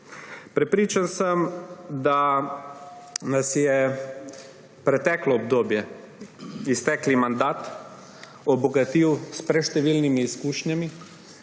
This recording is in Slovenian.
Prepričan sem, da nas je preteklo obdobje, iztekli mandat obogatil s preštevilnimi izkušnjami